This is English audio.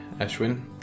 Ashwin